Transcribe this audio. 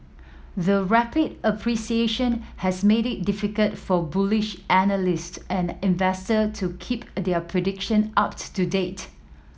the rapid appreciation has made it difficult for bullish analyst and investor to keep their prediction up to date